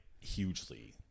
hugely